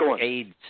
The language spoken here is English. AIDS